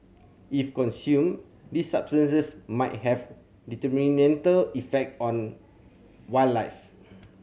if consumed these substances might have detrimental effect on wildlife